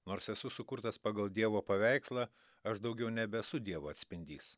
nors esu sukurtas pagal dievo paveikslą aš daugiau nebesu dievo atspindys